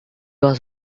was